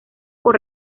por